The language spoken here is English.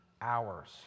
hours